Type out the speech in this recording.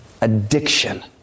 addiction